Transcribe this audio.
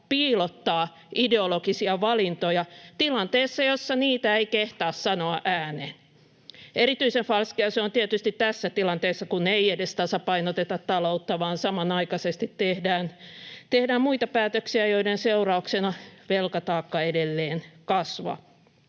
piilottaa ideologisia valintoja tilanteessa, jossa niitä ei kehtaa sanoa ääneen. Erityisen falskia se on tietysti tässä tilanteessa, kun ei edes tasapainoteta taloutta, vaan samanaikaisesti tehdään muita päätöksiä, joiden seurauksena velkataakka edelleen kasvaa.